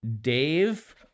Dave